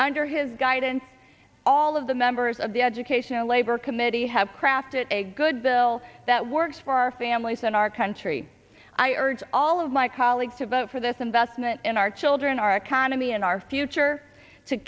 under his guidance all of the members of the education and labor committee have crafted a good bill that works for our families and our country i urge all of my colleagues to vote for this investment in our children our economy and our future to